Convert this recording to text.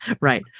Right